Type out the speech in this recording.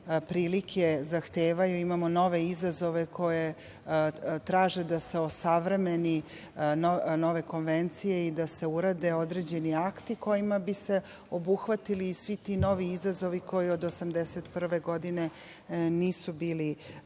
prilike zahtevaju, imamo nove izazove koji traže da se osavremene nove konvencije i da se urade određeni akti kojima bi se obuhvatili svi ti novi izazovi koji od 1981. godine nisu bili